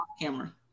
camera